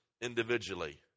individually